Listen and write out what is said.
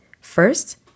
First